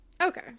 Okay